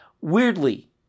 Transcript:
Weirdly